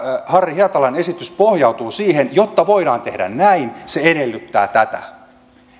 harri hietalan esitys tästä pohjautuu siihen jotta voidaan tehdä näin se edellyttää tätä